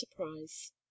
enterprise